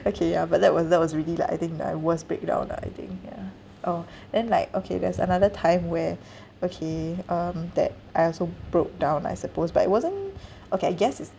okay ya but that was that was really like I think the worst breakdown ah I think ya orh then like okay there's another time where okay um that I also broke down I suppose but it wasn't okay I guess it's